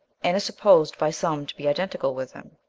and is supposed by some to be identical with him.